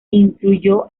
influyó